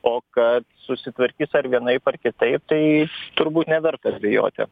o kad susitvarkys ar vienaip ar kitaip tai turbūt neverta dvejoti